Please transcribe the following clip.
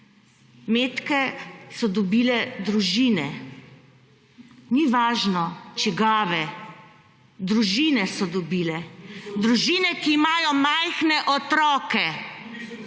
Metke so dobile družine. Ni važno, čigave. Družine so dobile, družine, ki imajo majhne otroke…